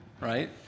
right